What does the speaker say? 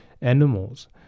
animals